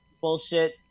bullshit